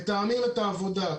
מתאמים את העבודה,